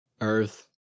earth